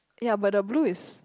ya but the blue is